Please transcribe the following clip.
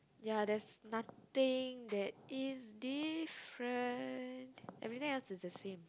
ya there's nothing that is different everything else is the same